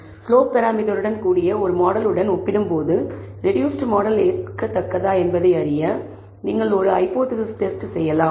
slope பராமீட்டருடன் கூடிய ஒரு மாடலுடன் ஒப்பிடும்போது ரெடூஸ்ட் மாடல் ஏற்கத்தக்கதா என்பதை அறிய நீங்கள் ஒரு ஹைபோதேசிஸ் டெஸ்ட் செய்யலாம்